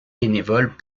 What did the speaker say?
bénévoles